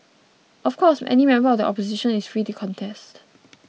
of course any member of the Opposition is free to contest